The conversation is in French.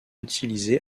utilisé